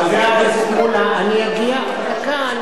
חבר הכנסת מולה, דקה.